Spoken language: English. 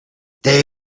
they